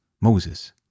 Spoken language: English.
Moses